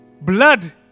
blood